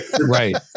Right